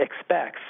expects